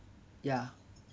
ya